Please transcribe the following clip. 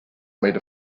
made